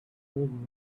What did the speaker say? good